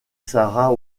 sarah